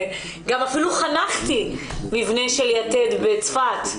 גם אפילו חנכתי מבנה של "יתד" בצפת,